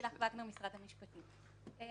אי